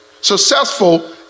successful